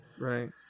Right